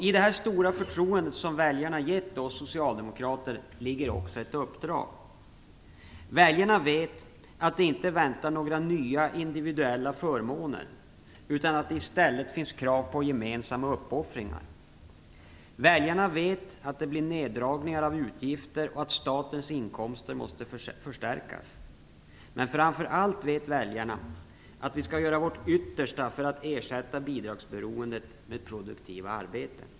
I det stora förtroende som väljarna har gett oss socialdemokrater ligger också ett uppdrag. Väljarna vet att några nya individuella förmåner inte väntar. I stället finns det krav på gemensamma uppoffringar. Väljarna vet att det blir en neddragning av utgifter och att statens inkomster måste förstärkas. Men framför allt vet väljarna att vi skall göra vårt yttersta för att ersätta bidragsberoendet med produktiva arbeten.